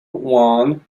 wan